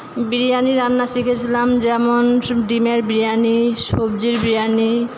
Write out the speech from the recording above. বিরিয়ানি রান্না শিখেছিলাম যেমন ডিমের বিরিয়ানি সবজির বিরিয়ানি